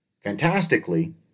Fantastically